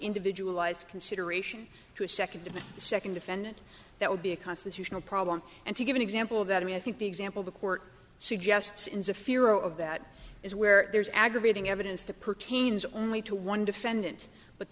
individualized consideration to a second to the second defendant that would be a constitutional problem and to give an example of that i mean i think the example the court suggests ins of fear of that is where there's aggravating evidence that pertains only to one defendant but